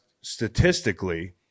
statistically